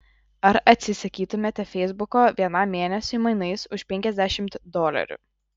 ar atsisakytumėte feisbuko vienam mėnesiui mainais už penkiasdešimt dolerių